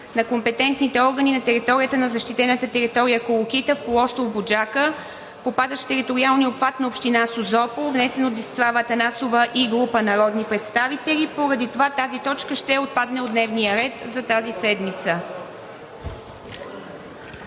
на компетентните органи на защитената територия „Колокита“ на полуостров „Буджака“, попадащ в териториалния обхват на община Созопол, внесен от Десислава Атанасова и група народни представители, и поради това тази точка ще отпадне от дневния ред за тази седмица.